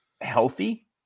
healthy